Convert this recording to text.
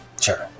Sure